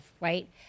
right